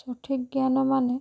ସଠିକ୍ ଜ୍ଞାନ ମାନେ